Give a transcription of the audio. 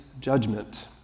judgment